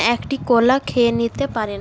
একটি কলা খেয়ে নিতে পারেন